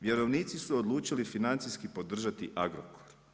Vjerovnici su odlučili financijski podržati Agrokor.